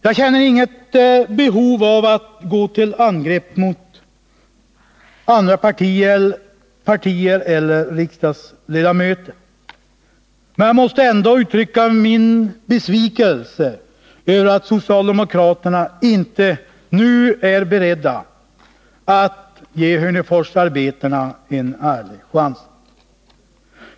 Jag känner inget behov av att gå till angrepp mot andra partier eller riksdagsledamöter, men jag måste uttrycka min besvikelse över att socialdemokraterna inte är beredda att nu ge Hörneforsarbetarna en ärlig chans.